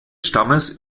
stammes